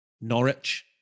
Norwich